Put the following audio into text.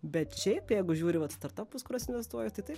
bet šiaip jeigu žiūri vat startapus kuriuos investuoju tai taip